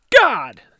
god